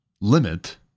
limit